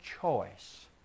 choice